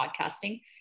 podcasting